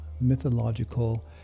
mythological